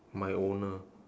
my owner